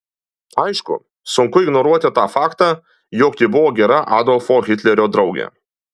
aišku sunku ignoruoti tą faktą jog ji buvo gera adolfo hitlerio draugė